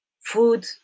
food